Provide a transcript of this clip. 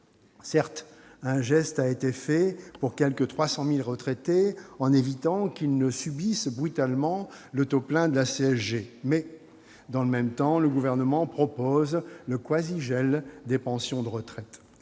Certes, un geste a été fait pour quelque 300 000 retraités, en évitant qu'ils ne subissent brutalement le taux plein de la CSG, mais dans le même temps le Gouvernement propose le quasi-gel des pensions de retraite.